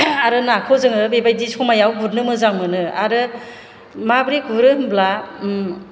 आरो नाखौ जोङो बेबायदि समायाव गुरनो मोजां मोनो आरो माब्रै गुरो होनब्ला